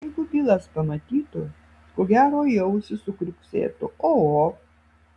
jeigu bilas pamatytų ko gero į ausį sukriuksėtų oho